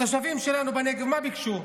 התושבים שלנו בנגב, מה ביקשו?